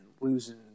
losing